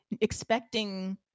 expecting